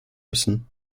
müssen